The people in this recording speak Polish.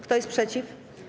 Kto jest przeciw?